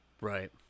right